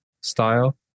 style